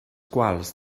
quals